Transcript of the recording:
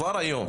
כבר היום,